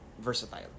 versatile